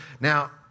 now